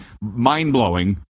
mind-blowing